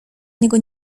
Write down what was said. niego